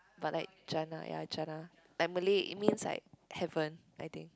but like Jana ya Jana like Malay it means like heaven I think